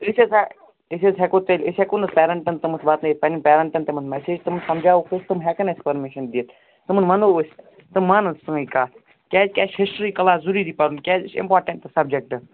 أسۍ حٲز ہے أسۍ حٲز ہیٚکو تیٚلہِ أسۍ ہیٚکو نہ حٲز پیرَنٹن تامتۍ واتنٲوِتھ پَننٮ۪ن پیرَنٹن تامَتۍ میٚسیٚج تُم سمجاووک أسۍ تَم ہیکَن اَسہِ پٔرمِشن دِتھ تُمن وونو أسۍ تُم مانن سٲنۍ کَتھ کیازِ کہِ اَسہِ چھُ ہِسٹری کٕلاس ضروٗری پَرُن کیازِ یہِ چھُ اِمپاٹنٹ سَبجَکٹ